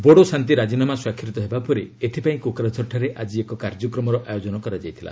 ବୋଡୋ ଶାନ୍ତି ରାଜିନାମା ସ୍ୱାକ୍ଷରିତ ହେବା ପରେ ଏଥିପାଇଁ କୋକ୍ରାଝରଠାରେ ଆଜି ଏକ କାର୍ଯ୍ୟକ୍ରମର ଆୟୋଜନ କରାଯାଇଥିଲା